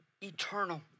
eternal